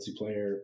multiplayer